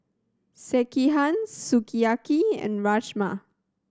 Sekihan Sukiyaki and Rajma